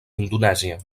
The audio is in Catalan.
indonèsia